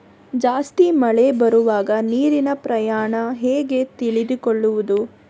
ಜಾಸ್ತಿ ಮಳೆ ಬರುವಾಗ ನೀರಿನ ಪ್ರಮಾಣ ಹೇಗೆ ತಿಳಿದುಕೊಳ್ಳುವುದು?